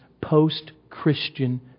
post-Christian